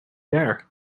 there